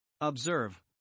Observe